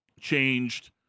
changed